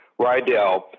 Rydell